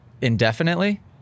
indefinitely